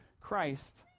Christ